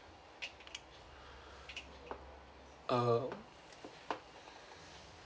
uh